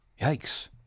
Yikes